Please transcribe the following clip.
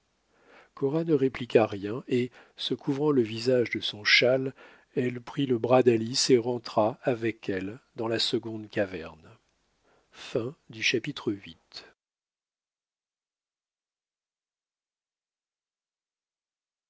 cora ne répliqua rien et se couvrant le visage de son schall elle prit le bras d'alice et rentra avec elle dans la seconde caverne